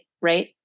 right